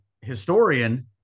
historian